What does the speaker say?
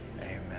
amen